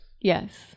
Yes